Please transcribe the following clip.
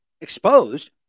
exposed